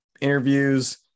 interviews